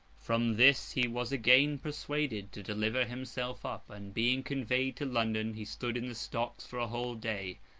from this he was again persuaded to deliver himself up and, being conveyed to london, he stood in the stocks for a whole day,